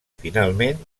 finalment